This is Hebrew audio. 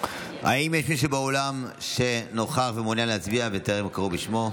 האם יש מישהו באולם שנוכח מעוניין להצביע וטרם קראו בשמו?